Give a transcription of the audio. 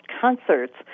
concerts